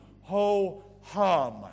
ho-hum